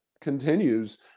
continues